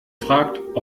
fragt